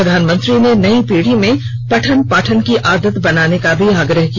प्रधानमंत्री ने नई पीढ़ी में पठन पाठन की आदत बनाने का भी आग्रह किया